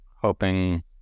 hoping